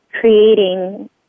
creating